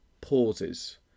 pauses